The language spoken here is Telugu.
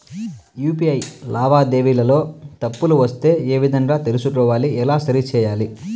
యు.పి.ఐ లావాదేవీలలో తప్పులు వస్తే ఏ విధంగా తెలుసుకోవాలి? ఎలా సరిసేయాలి?